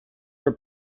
were